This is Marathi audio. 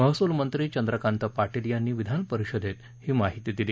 महसूल मंत्री चंद्रकांत पाटील यांनी विधान परिषदेत ही माहिती दिली